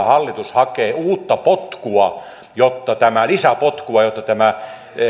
hallitus hakee uutta potkua lisäpotkua jotta tämä